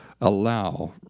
allow